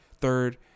third